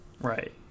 Right